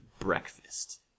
breakfast